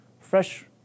fresh